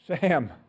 Sam